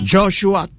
Joshua